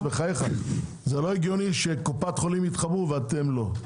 לא הגיוני שקופת חולים יתחברו ואתם לא.